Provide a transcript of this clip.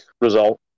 result